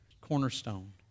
cornerstone